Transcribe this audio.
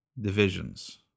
divisions